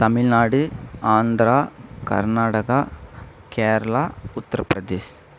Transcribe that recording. Tamil Nadu Andhra Karnataka Kerala Uttar Pradesh